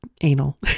anal